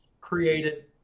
created